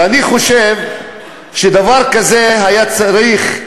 ואני חושב שדבר כזה, היה צריך,